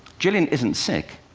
gillian isn't sick.